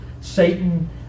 Satan